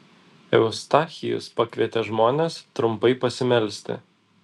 eustachijus pakvietė žmones trumpai pasimelsti